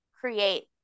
create